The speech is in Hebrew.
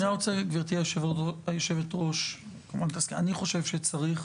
גבירתי היושבת-ראש, אני חושב שצריך